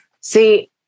See